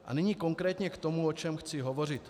A nyní konkrétně k tomu, o čem chci hovořit.